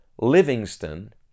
Livingston